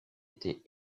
été